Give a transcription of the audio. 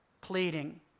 Pleading